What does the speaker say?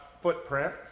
footprint